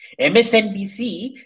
MSNBC